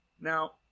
now